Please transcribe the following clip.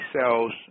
cells